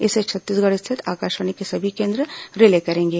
इसे छत्तीसगढ़ स्थित आकाशवाणी के सभी केंद्र रिले करेंगे